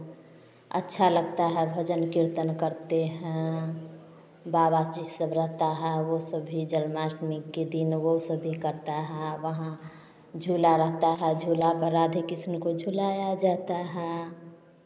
अच्छा लगता है भजन कीर्तन करते हैं बाबा शिष्य सब रहता हैं वह सभी जन्माष्टमी के दिन वह सभी करता है वहाँ झूला रहता है झूला पर राधे कृष्ण को झुलाया जाता है